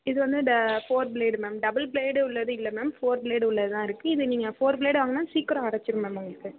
இது வந்து ட four blade ma'am double blade உள்ளது இல்லை மேம் ஃபோர் ப்ளேடு உள்ளது தான் இருக்குது இது நீங்கள் ஃபோர் ப்ளேடு வாங்கினா சீக்கிரம் அரைச்சிரும் மேம் உங்களுக்கு